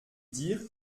dire